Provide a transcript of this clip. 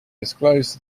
discloses